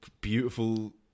beautiful